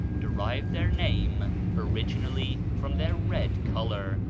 derived their name originally from their red color,